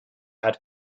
had